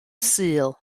sul